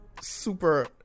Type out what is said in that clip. super